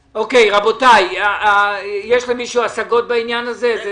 רבותי, יש למישהו השגות בעניין הזה?